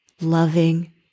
loving